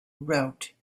route